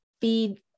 feed